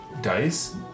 dice